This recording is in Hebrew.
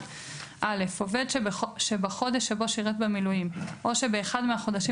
הממוצעת6א.(א)עובד שבחודש שבו שירת במילואים או שבאחד מהחודשים